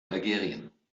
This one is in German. algerien